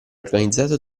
organizzato